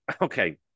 Okay